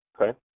Okay